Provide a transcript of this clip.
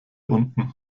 unten